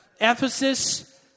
Ephesus